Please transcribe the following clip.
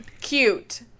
Cute